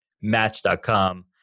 match.com